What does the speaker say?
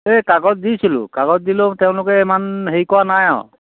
এই কাগজ দিছিলোঁ কাগজ দিলেও তেওঁলোকে ইমান হেৰি কৰা নাই আৰু